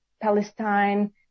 Palestine